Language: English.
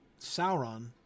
Sauron